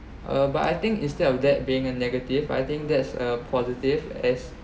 uh but I think instead of that being a negative I think that's a positive as